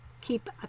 keep